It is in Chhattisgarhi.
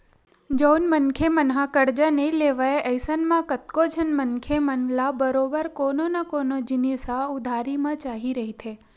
जउन मनखे मन ह करजा नइ लेवय अइसन म कतको झन मनखे मन ल बरोबर कोनो न कोनो जिनिस ह उधारी म चाही रहिथे